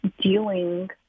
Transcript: dealing